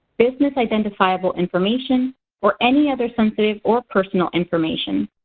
business-identifiable information or any other sensitive or personal information.